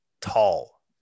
tall